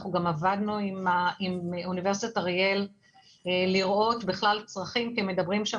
אנחנו גם עבדנו עם אוניברסיטת אריאל כדי לראות צרכים כי מדברים שם